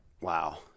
Wow